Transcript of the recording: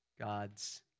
God's